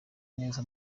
neza